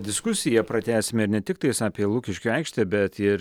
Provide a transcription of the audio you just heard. diskusiją pratęsime ir ne tiktais apie lukiškių aikštę bet ir